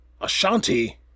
Ashanti